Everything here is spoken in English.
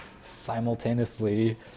simultaneously